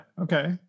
okay